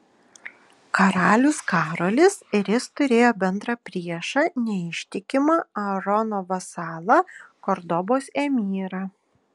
karalius karolis ir jis turėjo bendrą priešą neištikimą aarono vasalą kordobos emyrą